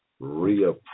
reappraise